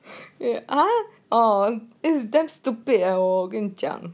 they are all is damn stupid oh 我跟你讲